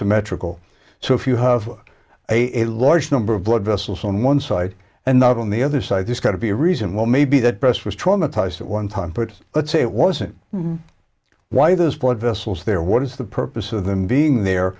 symmetrical so if you have a large number of blood vessels on one side and not on the other side this got to be a reason well maybe that breast was traumatized at one time put let's say it wasn't why this port vessels there what is the purpose of them being there